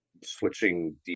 switching